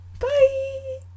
bye